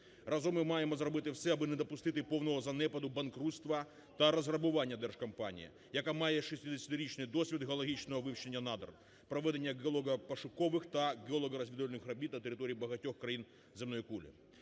Разом ми маємо зробити все, аби не допустити повного занепаду, банкрутства та розграбування держкомпанії, яка має 60-річний досвід геологічного вивчення надр, проведення геологопошукових та геологорозвідувальних робіт на території багатьох країн земної кулі.